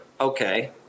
Okay